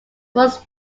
was